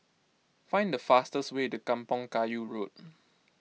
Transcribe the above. find the fastest way to Kampong Kayu Road